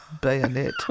bayonet